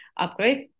upgrades